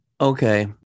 Okay